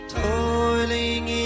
toiling